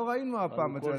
לא ראינו הפעם את זה.